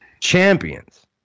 champions